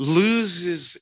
loses